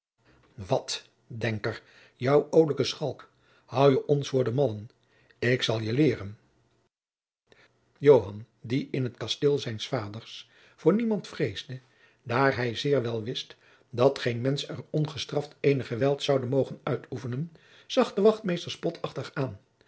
wat henker jou olijke schalk houd je ons voor de mallen ik zal je leeren joan die in het kasteel zijns vaders voor niemand vreesde daar hij zeer wel wist dat geen mensch er ongestraft eenig geweld zoude mogen uitoefenen zag den wachtmeester spotachtig aan